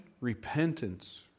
repentance